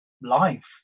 life